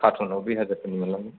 कार्टुनाव दुइ हाजरफोरनि मोनलांगोन